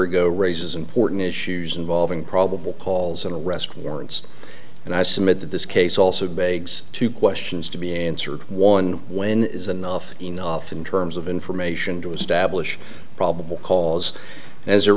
ago raises important issues involving probable calls an arrest warrants and i submit that this case also begs two questions to be answered one when is enough enough in terms of information to establish probable cause as it